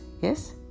yes